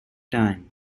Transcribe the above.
time